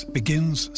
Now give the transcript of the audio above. begins